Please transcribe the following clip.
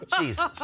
Jesus